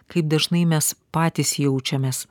kaip dažnai mes patys jaučiamės